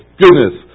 goodness